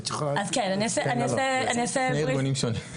חברותא, את יכולה --- שני ארגונים שונים.